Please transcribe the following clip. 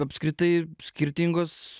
apskritai skirtingos